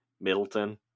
Middleton